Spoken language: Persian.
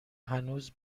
هنوز